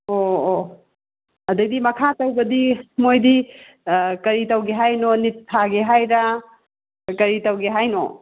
ꯑꯣ ꯑꯣ ꯑꯣ ꯑꯗꯩꯗꯤ ꯃꯈꯥ ꯇꯧꯕꯗꯤ ꯃꯣꯏꯗꯤ ꯀꯔꯤ ꯇꯧꯒꯦ ꯍꯥꯏꯔꯤꯅꯣ ꯅꯤꯠ ꯊꯥꯒꯦ ꯍꯥꯏꯔ ꯀꯔꯤ ꯇꯧꯒꯦ ꯍꯥꯏꯅꯣ